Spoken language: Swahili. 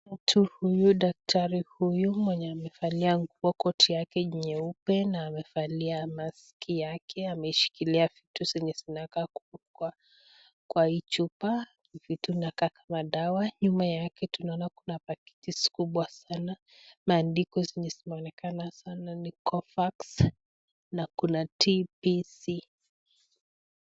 Mtu huyu daktari huyu mwenye amevalia nguo koti yake nyeupe na amevalia mask yake ameshikilia vitu zenye zinakaa kuwekwa kwa hii chupa, ni vitu inakaa kama dawa nyuma yake kitu naona kuna karatasi kubwa sana maandiko zenye zinaonekana sana ni cofax na kuna tc .